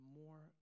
more